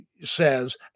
says